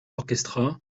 orchestra